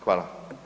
Hvala.